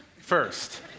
first